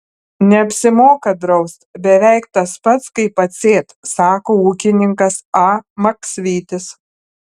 neapsimoka draust beveik tas pats kaip atsėt sako ūkininkas a maksvytis